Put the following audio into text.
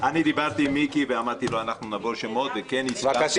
אני דיברתי עם מיקי ואמרתי לו שאנחנו נבוא עם שמות וכן הבטחתי.